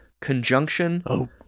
conjunction